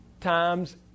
times